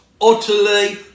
utterly